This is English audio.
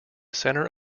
center